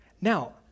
Now